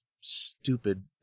stupid